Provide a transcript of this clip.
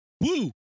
Woo